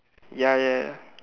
ya ya ya